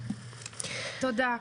תודה.